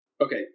Okay